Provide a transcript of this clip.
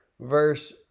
verse